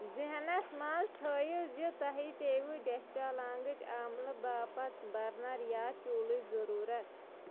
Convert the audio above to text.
ذہنَس منٛز تھٲیِو زِ تۄہہِ پٮ۪وٚو ڈسٹلانگٕچ عملہٕ باپتھ برنر یا چولٕچ ضروٗرت